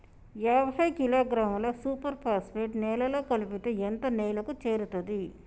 యాభై కిలోగ్రాముల super phosphate నేలలో కలిపితే ఎంత నేలకు చేరుతది?